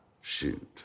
shoot